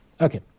Okay